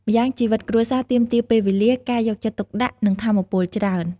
ម្យ៉ាងជីវិតគ្រួសារទាមទារពេលវេលា ការយកចិត្តទុកដាក់ និងថាមពលច្រើន។